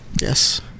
Yes